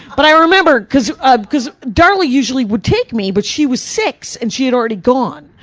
but i remember, because ah because darla usually would take me, but she was six, and she had already gone,